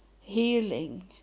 healing